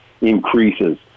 increases